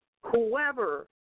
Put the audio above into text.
whoever